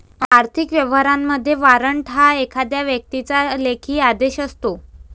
आर्थिक व्यवहारांमध्ये, वॉरंट हा एखाद्या व्यक्तीचा लेखी आदेश असतो